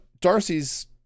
Darcy's